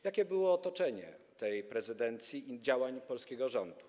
Jakie było otoczenie tej prezydencji i działań polskiego rządu?